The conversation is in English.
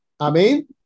Amen